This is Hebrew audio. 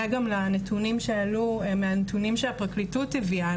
גם לנתונים שעלו מהנתונים שהפרקליטות הביאה,